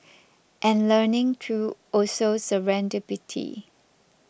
and learning through also serendipity